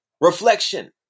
Reflection